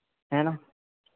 है ना